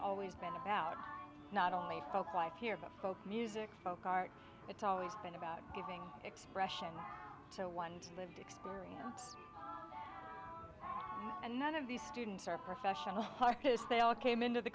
always been about not only folk life here but folk music folk art it's always been about giving expression to one to lived experience and none of these students are professional artists they all came into the